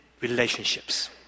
relationships